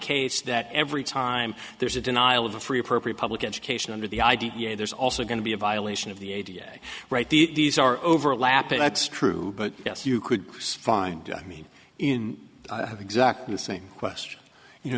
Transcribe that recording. case that every time there's a denial of a free appropriate public education under the idea there's also going to be a violation of the a d f right these are overlapping that's true but yes you could find me in i have exactly the same question you know